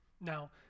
Now